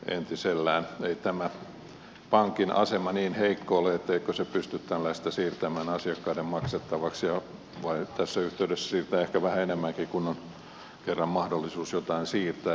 ei tämä pankin asema niin heikko ole etteikö se pysty tällaista siirtämään asiakkaiden maksettavaksi ja voi tässä yhteydessä siirtää ehkä vähän enemmänkin kun on kerran mahdollisuus jotain siirtää ja perustella